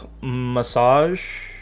massage